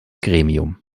gremium